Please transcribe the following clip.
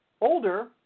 older